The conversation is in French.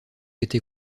été